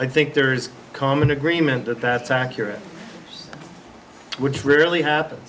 i think there is common agreement that that's accurate which really happens